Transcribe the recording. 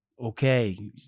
Okay